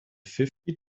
fifty